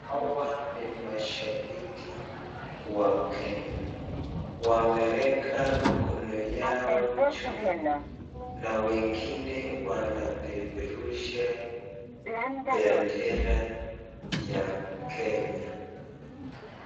Hawa ni mashabiki wa kenya wameweka mikono yao juu na wengine wanapeperusha bendera ya kenya.